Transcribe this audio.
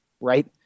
right